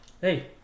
Hey